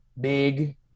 Big